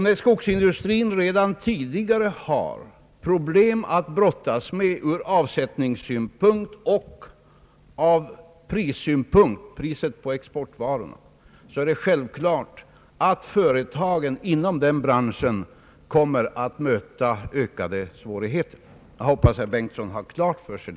Då skogsindustrin redan tidigare har problem att brottas med ur avsättningssynpunkt och ur prissynpunkt — i fråga om priserna på exportvaror — är det självklart att företagen inom den branschen kommer att möta ökade svårigheter. Det hoppas jag herr Bengtson har klart för sig.